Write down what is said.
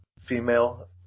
female